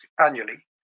annually